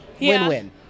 win-win